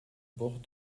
bords